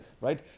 right